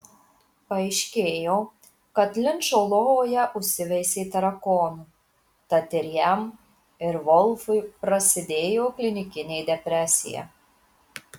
paaiškėjo kad linčo lovoje užsiveisė tarakonų tad ir jam ir volfui prasidėjo klinikinė depresija